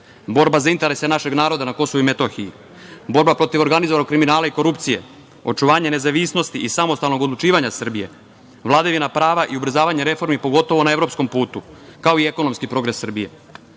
borba za interese našeg naroda na Kosovu i Metohiji, borba protiv organizovanog kriminala i korupcije, očuvanje nezavisnosti i samostalnog odlučivanja Srbije, vladavina prava i ubrzavanje reformi, pogotovo na evropskom putu, kao i ekonomski progres Srbije. Svaki